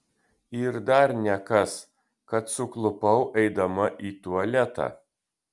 ir dar nekas kad suklupau eidama į tualetą